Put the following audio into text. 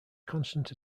constant